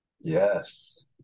Yes